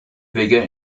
figure